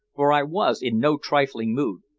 for i was in no trifling mood.